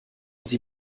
sie